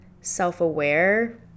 self-aware